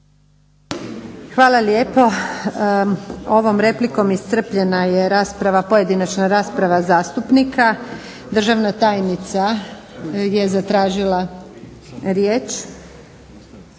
Hvala lijepo. Ovom replikom iscrpljena je pojedinačna rasprava zastupnika. Državna tajnica je zatražila riječ,